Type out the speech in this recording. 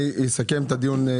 אני אסכם את הדיון.